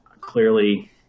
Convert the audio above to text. clearly